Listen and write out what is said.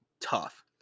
tough